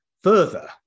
further